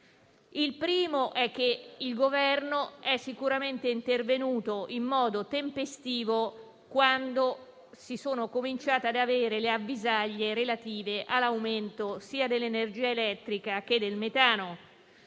Innanzitutto il Governo è intervenuto in modo tempestivo quando si sono cominciate ad avere le avvisaglie relative all'aumento sia dell'energia elettrica che del metano